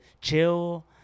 chill